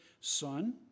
Son